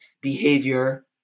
behavior